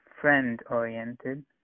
friend-oriented